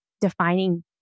defining